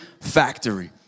Factory